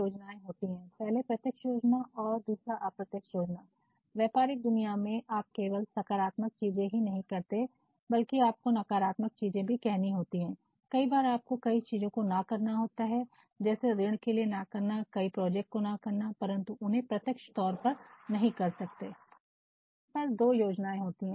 Refer Slide Time 3855 हमारे पास दो योजनाएं होती हैं